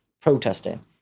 protesting